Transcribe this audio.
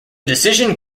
decision